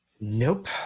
Nope